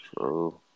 True